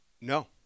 No